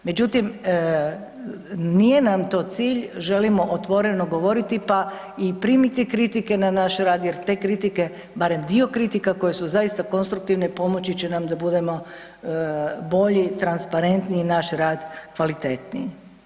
Međutim, nije nam to cilj, želimo otvoreno govoriti pa i primiti kritike na naš rad jer te kritike barem dio kritika koje su zaista konstruktivne pomoći će nam da budemo bolji, transparentniji i naš rad kvalitetniji.